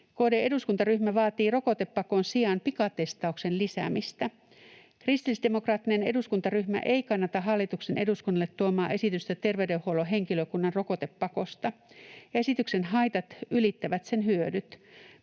”KD-eduskuntaryhmä vaatii rokotepakon sijaan pikatestauksen lisäämistä. Kristillisdemokraattinen eduskuntaryhmä ei kannata hallituksen eduskunnalle tuomaa esitystä terveydenhuollon henkilökunnan rokotepakosta. Esityksen haitat ylittävät sen hyödyt.